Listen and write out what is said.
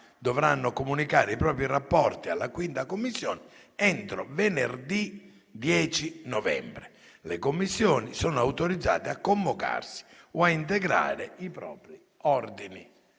dovranno comunicare i propri rapporti alla 5[a] Commissione entro venerdì 10 novembre. Le Commissioni sono sin d’ora autorizzate a convocarsi o ad integrare i propri ordini